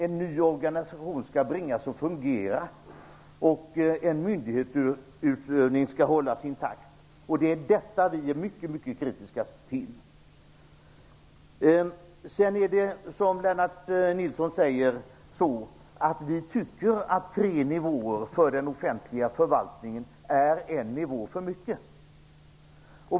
En ny organisation skall bringas att fungera, och en myndighetsutövning skall hållas intakt. Det är detta som vi är mycket kritiska till. Sedan är det så, som Lennart Nilsson säger, att vi tycker att tre nivåer för den offentliga förvaltningen är en nivå för mycket.